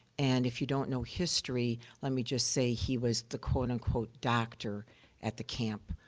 and if you don't know history, let me just say he was the quote-unquote doctor at the camp,